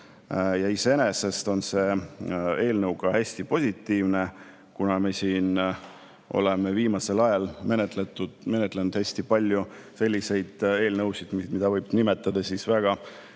Iseenesest on see eelnõu hästi positiivne. Kuna me oleme siin viimasel ajal menetlenud hästi palju selliseid eelnõusid, mida võib nimetada väga